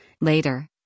Later